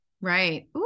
right